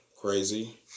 crazy